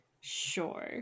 sure